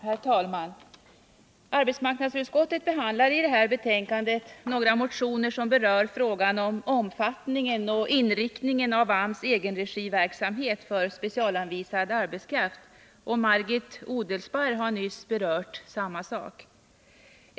Herr talman! Arbetsmarknadsutskottet behandlar i det här betänkandet några motioner som berör frågan om omfattningen och inriktningen av AMS egenregiverksamhet för specialanvisad arbetskraft. Margit Odelsparr har också nyss berört detta.